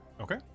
Okay